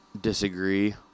disagree